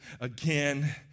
again